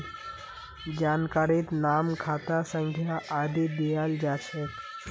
जानकारीत नाम खाता संख्या आदि दियाल जा छेक